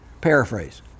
paraphrase